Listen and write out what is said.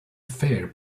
fair